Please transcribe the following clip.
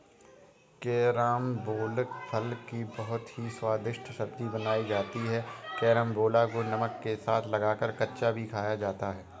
carambola फल की बहुत ही स्वादिष्ट सब्जी बनाई जाती है कैरमबोला को नमक के साथ लगाकर कच्चा भी खाया जाता है